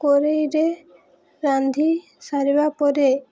କରେଇରେ ରାନ୍ଧି ସାରିବା ପରେ